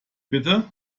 bitte